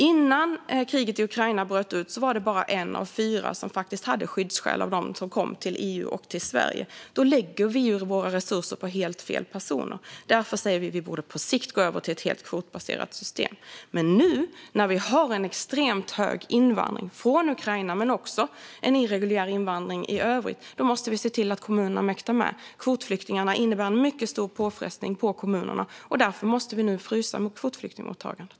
Innan kriget i Ukraina bröt ut var det bara en av fyra som hade skyddsskäl av dem som kom till EU och till Sverige. Då lägger vi våra resurser på helt fel personer. Därför borde vi på sikt gå över till ett helt kvotbaserat system. Men nu när vi har en extremt hög invandring från Ukraina men också en irreguljär invandring i övrigt måste vi se till att kommunerna mäktar med. Kvotflyktingarna innebär en mycket stor påfrestning på kommunerna. Därför måste vi nu frysa kvotflyktingmottagandet.